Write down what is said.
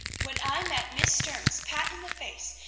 when i met miss stearns pat in the face,